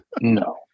No